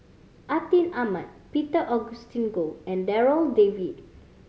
Atin Amat Peter Augustine Goh and Darryl David